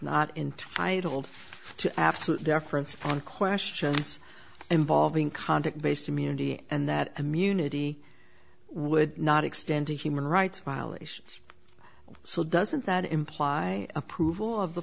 to absolute deference on questions involving conduct based immunity and that immunity would not extend to human rights violations so doesn't that imply approval of the